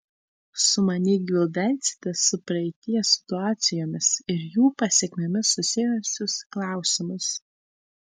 sumaniai gvildensite su praeities situacijomis ir jų pasekmėmis susijusius klausimus